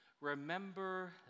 remember